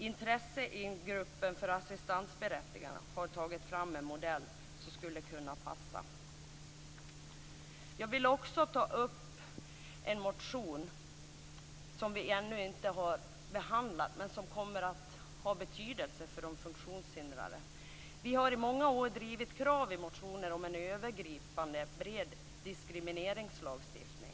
Intressegruppen för assistansberättigade har tagit fram en modell som skulle kunna passa. Jag vill också ta upp en motion som vi ännu inte har behandlat men som kommer att ha betydelse för de funktionshindrade. Vi har i många år drivit krav i motioner om en övergripande bred diskrimineringslagstiftning.